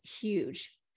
huge